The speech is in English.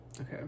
Okay